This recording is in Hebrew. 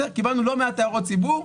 קיבלנו לא מעט הערות ציבור,